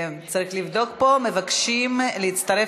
כי הצעת חוק מבקר המדינה (תיקון מס' 49)